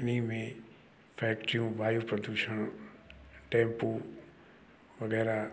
इन में फैक्ट्रियूं वायु प्रदूषण टैम्पू वग़ैरह